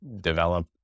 develop